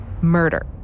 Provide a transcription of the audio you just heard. murder